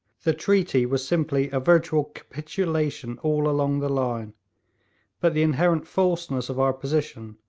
the treaty was simply a virtual capitulation all along the line but the inherent falseness of our position,